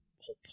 whole